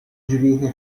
ġrieħi